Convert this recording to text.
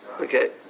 Okay